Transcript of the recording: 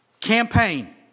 Campaign